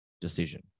decision